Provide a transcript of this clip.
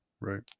right